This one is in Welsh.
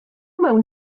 mewn